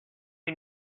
you